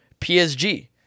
PSG